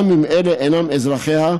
גם אם אלה אינם אזרחיה,